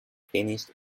finished